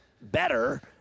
better